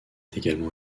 également